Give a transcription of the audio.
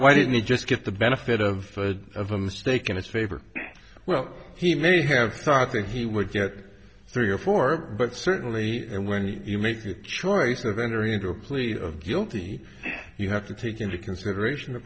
why didn't he just get the benefit of of a mistake in his favor well he may have thought that he would get three or four but certainly when he made the choice of entering into a plea of guilty you have to take into consideration the